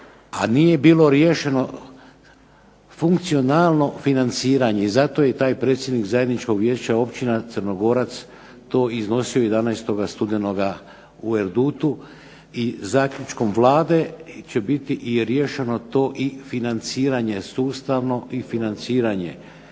A nije bilo riješeno funkcionalno financiranje. I zato je taj predsjednik Zajedničkog vijeća općina Crnogorac to iznosi 11. studenoga u Erdutu. I zaključnom Vlade će biti riješeno to financiranje sustavno i financiranje.